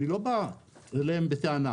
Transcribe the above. אני לא בא אליהם בטענה.